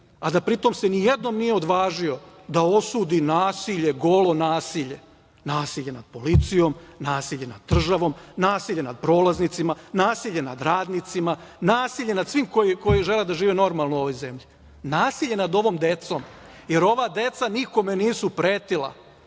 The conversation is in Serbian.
a da pritom se ni jednom nije odvažio da osudi nasilje, golo nasilje, nasilje nad policijom, nasilje nad državom, nasilje nad prolaznicima, nasilje nad radnicima, nasilje nad svima koji žele da žive normalno u ovoj zemlji, nasilje nad ovom decom, jer ova deca nikome nisu pretila. Ova